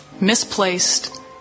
misplaced